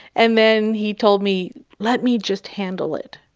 and then he told me, let me just handle it.